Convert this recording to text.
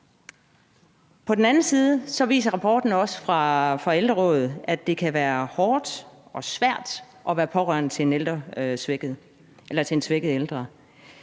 På den anden side viser rapporten fra Ældre Sagen , at det kan være hårdt og svært at være pårørende til en svækket ældre.